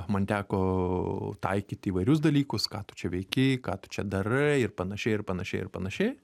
man teko taikyti įvairius dalykus ką tu čia veiki ką tu čia darai ir panašiai ir panašiai ir panašiai